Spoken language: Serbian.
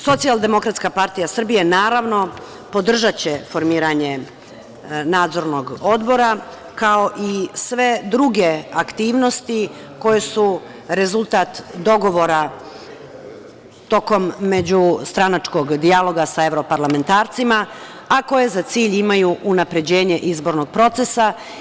Socijaldemokratska partija Srbije, naravno podržaće formiranje Nadzornog odbora kao i sve druge aktivnosti koje su rezultat dogovora tokom međustranačkog dijaloga sa evroparlamentarcima, a koje za cilj imaju unapređenje izbornog procesa.